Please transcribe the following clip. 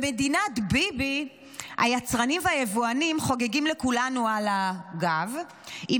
במדינת ביבי היצרנים והיבואנים חוגגים לכולנו על הגב עם